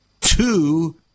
two